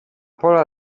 pola